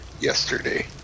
yesterday